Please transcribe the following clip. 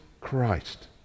Christ